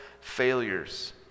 failures